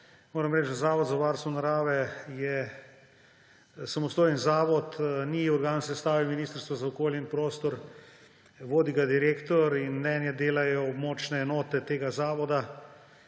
Moram reči, da je Zavod za varstvo narave samostojen zavod, ni organ v sestavi Ministrstva za okolje in prostor, vodi ga direktor. Mnenja delajo območne enote tega zavoda